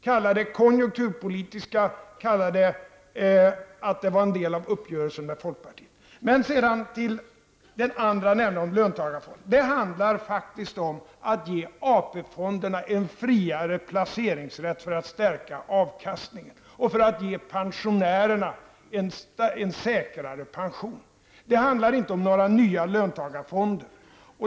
Kalla det konjunkturpolitiska skäl, kalla det att det var en del av uppgörelsen med folkpartiet. Och så detta med löntagarfonderna. Det handlar faktiskt om att ge AP-fonderna en friare placeringsrätt, för att förbättra avkastningen och för att ge pensionärerna en säkrare pension. Det handlar inte om några nya löntagarfonder.